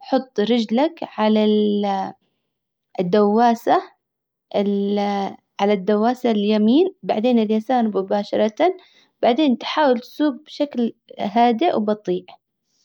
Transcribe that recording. حط رجلك على الدواسة على الدواسة اليمين بعدين اليسار مباشرة بعدين تحاول تسوج بشكل هاديء وبطيء.